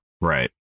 Right